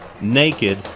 naked